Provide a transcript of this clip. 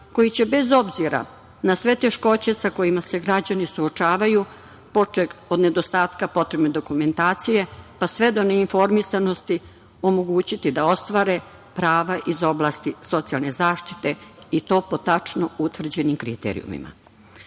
koji će bez obzira na sve teškoće sa kojima se građani suočavaju, počev od nedostatka potrene dokumentacije pa sve do ne informisanosti omogućiti da ostvare prava iz oblasti socijalne zaštite i to po tačno utvrđenim kriterijumima. Podaci